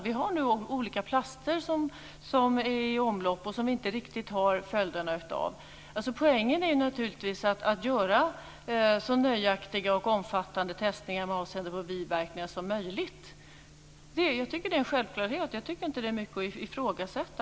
Vi har nu olika plaster som är i omlopp som vi inte riktigt vet följderna av. Poängen är naturligtvis att göra så nöjaktiga och omfattande tester med avseende på biverkningar som möjligt. Jag tycker att det är en självklarhet. Det är inte mycket att ifrågasätta.